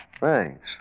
Thanks